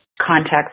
context